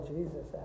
Jesus